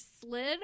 slid